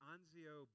Anzio